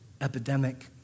epidemic